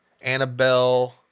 Annabelle